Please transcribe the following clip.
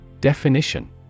Definition